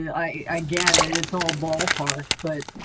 i get it. it's all ballpark but.